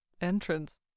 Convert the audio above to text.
entrance